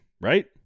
right